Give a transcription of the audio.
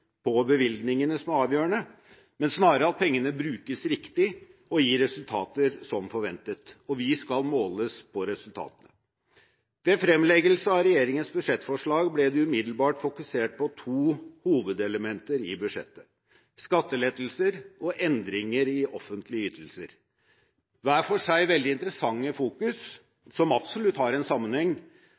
på bevilgningene som er avgjørende, men snarere at pengene brukes riktig og gir resultater som forventet. Vi skal måles på resultatene. Ved fremleggelse av regjeringens budsjettforslag ble det umiddelbart fokusert på to hovedelementer i budsjettet: skattelettelser og endringer i offentlige ytelser. Hver for seg veldig interessante fokus, som absolutt har en sammenheng.